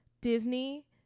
disney